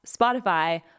Spotify